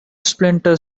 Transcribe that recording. splinter